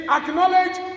Acknowledge